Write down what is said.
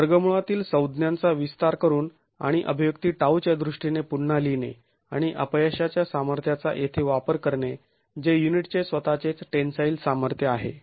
तर वर्गमूळातील संज्ञांचा विस्तार करून आणि अभिव्यक्ती τ च्या दृष्टीने पुन्हा लिहीणे आणि अपयशाच्या सामर्थ्याचा येथे वापर करणे जे युनिटचे स्वतःचेच टेंन्साईल सामर्थ्य आहे